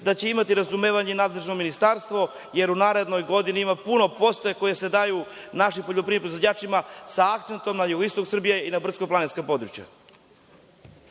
da će imati razumevanja i nadležno ministarstvo, jer u narednoj godini ima puno podsticaja koji se daju našim poljoprivrednim proizvođačima sa akcentom na jugoistok Srbije i na brdsko-planinska područja.